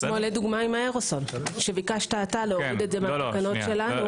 כמו עם ההרוסול שביקשת אתה להוריד את זה מהתקנות שלנו.